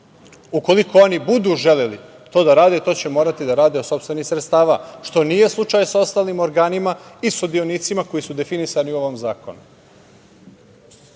Ukoliko oni budu želeli to da rade, to će morati da rade od sopstvenih sredstava, što nije slučaj sa ostalim organima i sudionicima koji su definisani u ovom zakonu. Ovaj